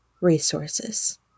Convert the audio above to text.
resources